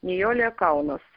nijolė kaunas